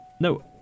No